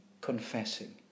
confessing